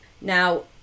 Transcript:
Now